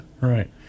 Right